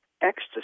ecstasy